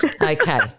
Okay